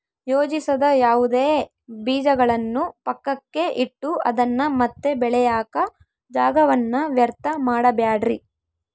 ಯೋಜಿಸದ ಯಾವುದೇ ಬೀಜಗಳನ್ನು ಪಕ್ಕಕ್ಕೆ ಇಟ್ಟು ಅದನ್ನ ಮತ್ತೆ ಬೆಳೆಯಾಕ ಜಾಗವನ್ನ ವ್ಯರ್ಥ ಮಾಡಬ್ಯಾಡ್ರಿ